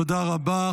תודה רבה.